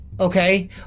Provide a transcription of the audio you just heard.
Okay